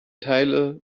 teile